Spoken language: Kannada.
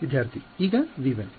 ವಿದ್ಯಾರ್ಥಿ ಈಗ V 1